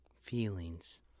Feelings